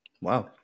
Wow